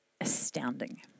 astounding